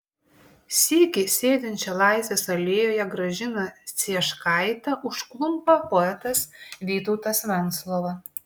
sykį sėdinčią laisvės alėjoje gražiną cieškaitę užklumpa poetas vytautas venclova